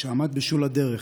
שעמד בשול הדרך,